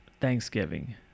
Thanksgiving